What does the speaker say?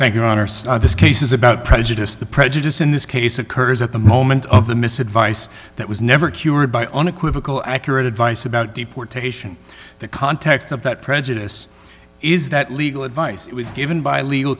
honor this case is about prejudice the prejudice in this case occurs at the moment of the mis advice that was never cured by unequivocal accurate advice about deportation the context of that prejudice is that legal advice was given by legal